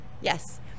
Yes